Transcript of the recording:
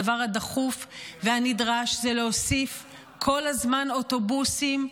הדבר הדחוף והנדרש זה להוסיף כל הזמן אוטובוסים,